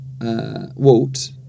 Walt